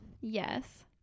Yes